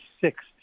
six